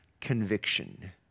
conviction